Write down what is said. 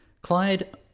Clyde